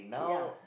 ya